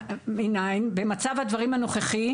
מנין במצב הדברים הנוכחי,